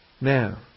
Now